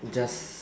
just